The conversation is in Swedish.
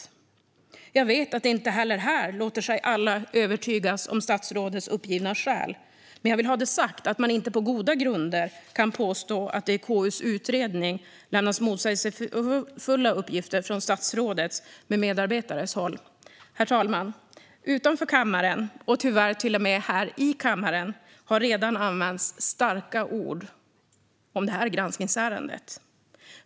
Även här vet jag att inte alla låter sig övertygas om statsrådets uppgivna skäl, men jag vill ha det sagt att man inte på goda grunder kan påstå att det i KU:s utredning lämnats motsägelsefulla uppgifter från statsrådets med medarbetares håll. Herr talman! Utanför kammaren och tyvärr till och med här i kammaren har det redan använts starka ord om detta granskningsärende.